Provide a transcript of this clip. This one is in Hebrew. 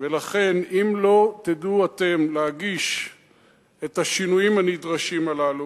ולכן אם לא תדעו אתם להגיש את השינויים הנדרשים הללו,